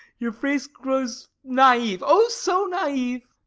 your face grows naive, oh so naive,